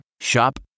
Shop